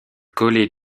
coller